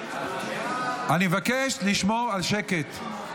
אני מבקש לשמור על שקט,